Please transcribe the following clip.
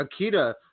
Akita